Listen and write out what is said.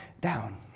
down